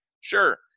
Sure